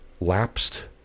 lapsed